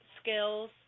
skills